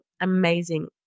amazing